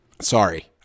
Sorry